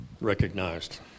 recognized